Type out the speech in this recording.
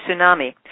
tsunami